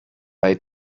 bei